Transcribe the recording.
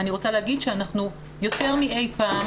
אני רוצה להגיד שאנחנו יותר מאי פעם